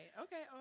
Okay